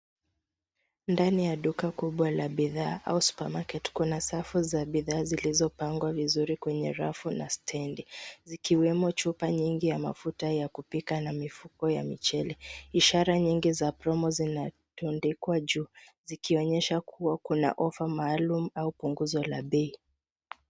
Ndani ya duka kubwa la bidhaa au supermarket kuna safu za bidhaa zilizopangwa vizuri kwenye rafu na stendi, zikiwemo chupa nyingi ya mafuta ya kupika na mifugo ya mchele. Ishara nyingi za promo zinatundikwa juu zikionyesha kuwa kuna offer maalum au punguzola pei.